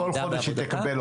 כל חודש היא תקבל,